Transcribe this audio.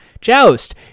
Joust